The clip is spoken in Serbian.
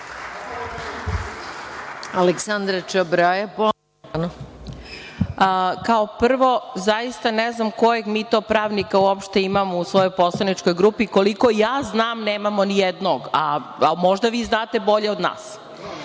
**Aleksandra Čabraja** Kao prvo, zaista ne znam kojeg mi to pravnika uopšte imamo u svojoj poslaničkog grupi? Koliko ja znam, nemamo ni jednog, ali možda vi znate bolje od nas. Kao